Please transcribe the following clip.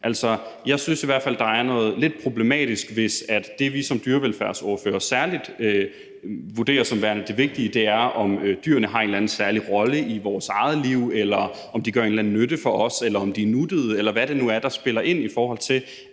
Jeg synes i hvert fald, at det er lidt problematisk, hvis det, vi som dyrevelfærdsordførere særlig vurderer som værende det vigtige, er, om dyrene har en eller anden særlig rolle i vores eget liv, eller om de på en eller anden måde gør nytte for os, eller om de er nuttede, eller hvad det nu er, der spiller ind, i forhold til